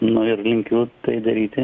na ir linkiu tai daryti